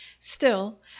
Still